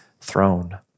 throne